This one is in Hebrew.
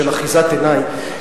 של אחיזת עיניים,